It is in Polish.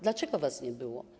Dlaczego was nie było?